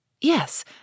Yes